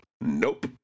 Nope